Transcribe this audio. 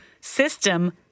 system